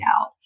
out